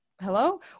hello